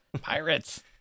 Pirates